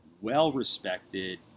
well-respected